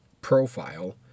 profile